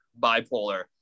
bipolar